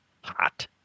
hot